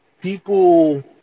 people